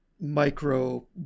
micro